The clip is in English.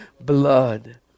Blood